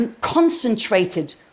concentrated